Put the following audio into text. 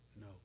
No